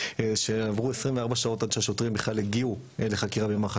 שעברו 24 שעות עד שהשוטרים בכלל הגיעו לחקירה במח"ש.